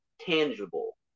tangible